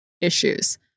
issues